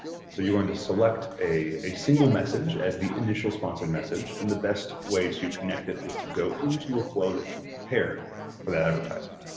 so you're going to select a single message as the initial sponsored message, and the best way to connect it is to go into a flow that you prepared for that advertisement.